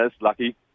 lucky